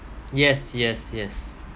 yes yes yes